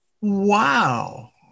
Wow